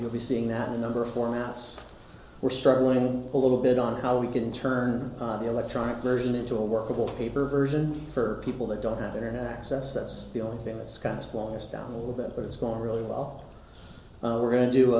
you'll be seeing that a number of formats we're struggling a little bit on how we can turn the electronic version into a workable paper version for people that don't have internet access that's the only thing that's kind of slow us down a little bit but it's going really well we're going to do